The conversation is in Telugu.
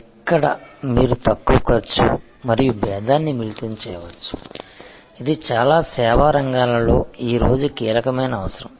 ఎక్కడ మీరు తక్కువ ఖర్చు మరియు భేదాన్ని మిళితం చేయవచ్చు ఇది చాలా సేవా రంగాలలో ఈ రోజు కీలకమైన అవసరం